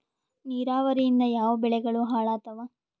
ನಿರಾವರಿಯಿಂದ ಯಾವ ಬೆಳೆಗಳು ಹಾಳಾತ್ತಾವ?